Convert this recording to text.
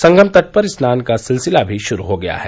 संगम तट पर स्नान का सिलसिला भी शुरू हो गया है